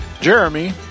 jeremy